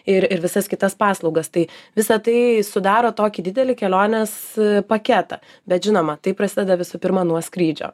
ir ir visas kitas paslaugas tai visa tai sudaro tokį didelį kelionės paketą bet žinoma tai prasideda visų pirma nuo skrydžio